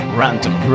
random